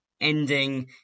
ending